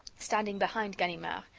standing behind ganimard,